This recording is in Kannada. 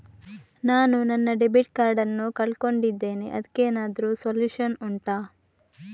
ನಾನು ನನ್ನ ಡೆಬಿಟ್ ಕಾರ್ಡ್ ನ್ನು ಕಳ್ಕೊಂಡಿದ್ದೇನೆ ಅದಕ್ಕೇನಾದ್ರೂ ಸೊಲ್ಯೂಷನ್ ಉಂಟಾ